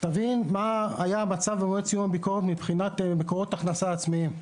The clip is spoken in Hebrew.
תבין מה היה המצב במועד סיום הביקורת מבחינת מקורות הכנסה עצמיים.